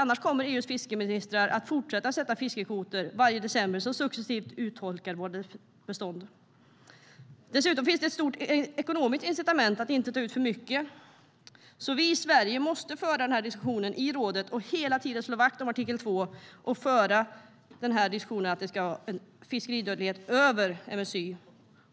Annars kommer EU:s fiskeministrar att fortsätta att varje år i december sätta fiskekvoter som successivt urholkar våra bestånd. Dessutom finns det ett stort ekonomiskt incitament att inte ta ut för mycket. Vi i Sverige måste föra den här diskussionen i rådet och hela tiden slå vakt om artikel 2 och att det ska vara en fiskeridödlighet över MSY.